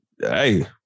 hey